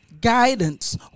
Guidance